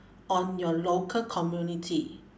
on your local community